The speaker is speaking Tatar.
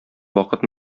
вакыт